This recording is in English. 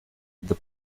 the